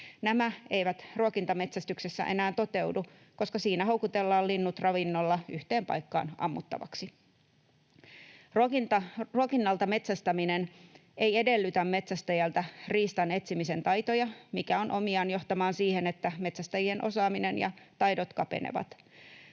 Nämä eivät ruokintametsästyksessä enää toteudu, koska siinä houkutellaan linnut ravinnolla yhteen paikkaan ammuttavaksi. Ruokinnalta metsästäminen ei edellytä metsästäjältä riistan etsimisen taitoja, mikä on omiaan johtamaan siihen, että metsästäjien osaaminen ja taidot kapenevat.